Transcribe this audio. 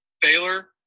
Baylor